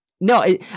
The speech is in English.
No